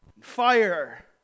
fire